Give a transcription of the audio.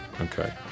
Okay